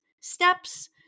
steps